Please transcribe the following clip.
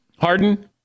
Harden